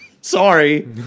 sorry